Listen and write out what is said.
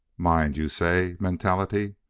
mind, you say mentality!